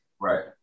Right